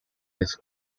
his